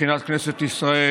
מבחינת כנסת ישראל,